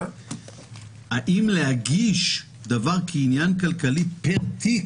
האם להגיש דבר כעניין כלכלי פר תיק,